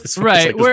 Right